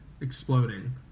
exploding